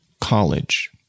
college